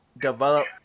develop